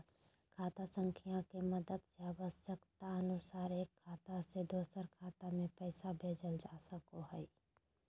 खाता संख्या के मदद से आवश्यकता अनुसार एक खाता से दोसर खाता मे पैसा भेजल जा सको हय